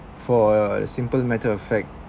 for a simple matter of fact